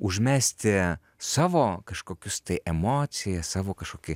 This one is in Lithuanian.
užmesti savo kažkokius tai emociją savo kažkokį